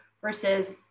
versus